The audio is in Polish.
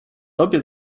tobie